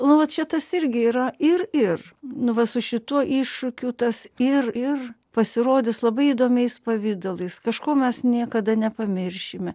nu vat čia tas irgi yra ir ir nu vat su šituo iššūkiu tas ir ir pasirodys labai įdomiais pavidalais kažko mes niekada nepamiršime